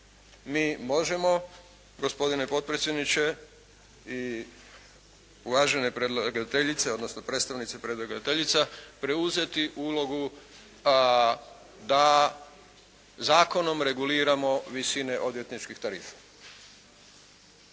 Mi možemo gospodine potpredsjedniče i uvažene predlagateljice, odnosno predstavnice predlagateljica preuzeti ulogu pa da zakonom reguliramo visine odvjetničkih tarifa